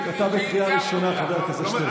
צא החוצה, צא החוצה.